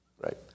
right